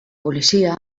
polizia